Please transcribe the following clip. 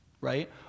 right